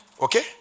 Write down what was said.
Okay